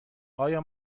آیا